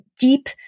deep